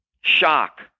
shock